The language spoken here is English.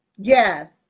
Yes